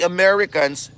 Americans